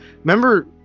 remember